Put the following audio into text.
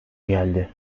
geldi